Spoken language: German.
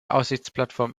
aussichtsplattform